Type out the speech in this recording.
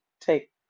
Take